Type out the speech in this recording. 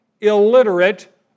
illiterate